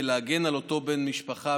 ההגנה על אותו בן משפחה,